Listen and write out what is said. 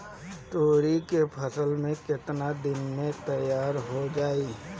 तोरी के फसल केतना दिन में तैयार हो जाई?